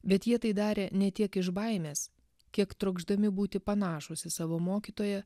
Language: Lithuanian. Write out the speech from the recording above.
bet jie tai darė ne tiek iš baimės kiek trokšdami būti panašūs į savo mokytoją